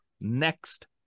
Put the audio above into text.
next